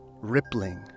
rippling